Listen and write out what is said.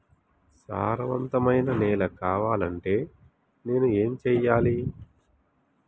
సారవంతమైన నేల కావాలంటే నేను ఏం చెయ్యాలే?